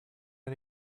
are